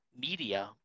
media